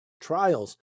trials